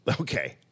Okay